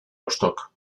bostok